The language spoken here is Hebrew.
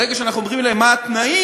ברגע שאנחנו אומרים להן מה התנאים